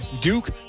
Duke